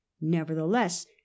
Nevertheless